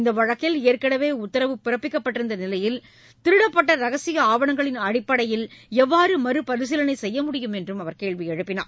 இந்த வழக்கில் ஏற்களவே உத்தரவு பிறப்பிக்கப்பட்டிருந்த நிலையில் திருடப்பட்ட ரகசிய ஆவணங்களின் அடிப்படையில் எவ்வாறு மறுபரிசீலனை செய்ய முடியும் என்று அவர் கேள்வி எழுப்பினார்